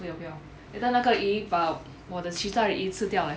不要不要 later 那个鱼把我的其他的鱼吃掉 eh